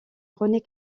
rené